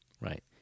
Right